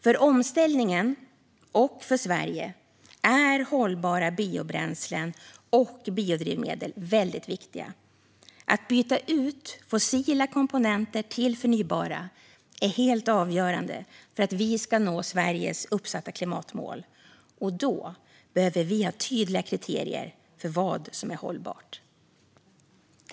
För omställningen - och för Sverige - är hållbara biobränslen och biodrivmedel väldigt viktiga. Att byta ut fossila komponenter mot förnybara är helt avgörande för att vi ska nå Sveriges uppsatta klimatmål. Och då behöver vi ha tydliga kriterier för vad som är hållbart.